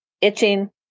Itching